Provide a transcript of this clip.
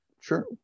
Sure